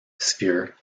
sphere